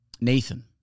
Nathan